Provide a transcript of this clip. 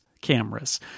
cameras